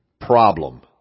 problem